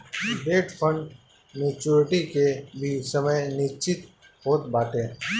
debt fund maturity के भी समय निश्चित होत बाटे